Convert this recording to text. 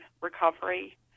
recovery